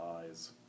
eyes